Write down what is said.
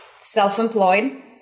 self-employed